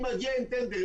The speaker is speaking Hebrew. הטכנאי מגיע עם טנדר.